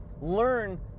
learn